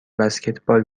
بسکتبال